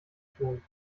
tun